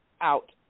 out